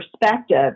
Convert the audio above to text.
perspective